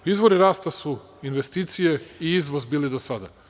Izvori rasta su investicije i izvoz, bili do sada.